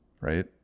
Right